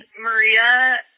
Maria